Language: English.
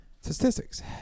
Statistics